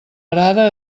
arada